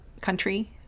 country